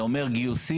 זה אומר גיוסים,